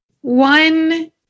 One